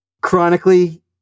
chronically